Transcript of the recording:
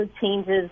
changes